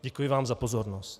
Děkuji vám za pozornost.